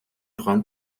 grande